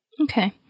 Okay